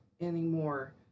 anymore